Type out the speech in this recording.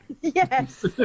Yes